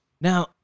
Now